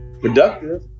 productive